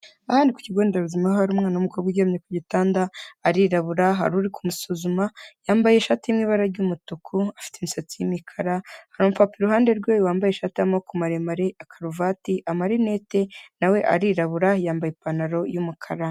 Aha ni ku kigo nderabuzima hari umwana w'umukobwa uryamye ku gitanda arirabura bari kumusuzuma yambaye ishati y'ibara ry'umutuku afite imisatsi y’umukara iruhande rwe hari Umugabo wambaye ishati y'amaboko maremare karuvati n’amarinete nawe arirabura yambaye ipantaro y'umukara.